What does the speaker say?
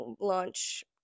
launch